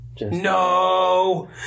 No